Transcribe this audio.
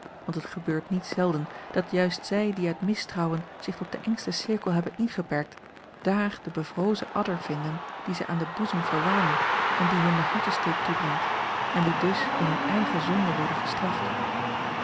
want het gebeurt niet zelden dat juist zij die uit mistrouwen zich tot den engsten cirkel hebben ingeperkt dààr de bevrozen adder vinden die zij aan den boezem verwarmen en die hun den hartesteek toebrengt en die dus in hun eigen zonde worden gestraft